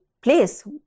place